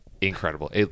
incredible